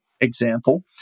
example